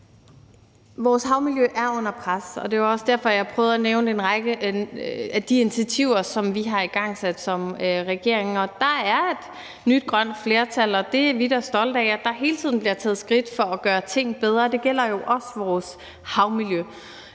Vores havmiljø er under pres, og det var også derfor, at jeg prøvede at nævne en række af de initiativer, som vi har igangsat som regering. Der er et nyt grønt flertal, og vi er da stolte af, at der hele tiden bliver taget skridt til at gøre ting bedre – det gælder jo også vores havmiljø.